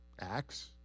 acts